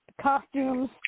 costumes